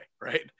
right